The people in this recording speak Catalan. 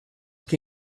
que